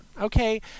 okay